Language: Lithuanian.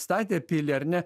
statė pilį ar ne